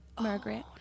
Margaret